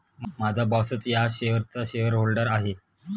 माझा बॉसच या शेअर्सचा शेअरहोल्डर आहे